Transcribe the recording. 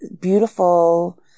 beautiful